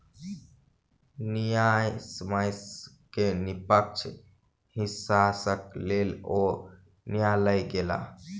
न्यायसम्य के निष्पक्ष हिस्साक लेल ओ न्यायलय गेला